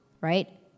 Right